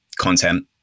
content